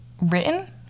written